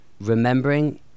remembering